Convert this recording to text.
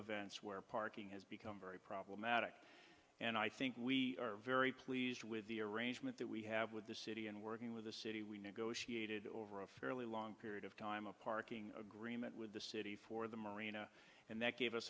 events where parking has become very problematic and i think we are very pleased with the arrangement that we have with the city and working with the city we negotiated over a fairly long period of time a parking agreement with the city for the marina and that gave us